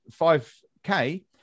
5K